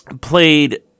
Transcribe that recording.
played